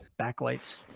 backlights